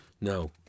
no